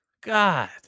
God